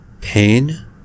Pain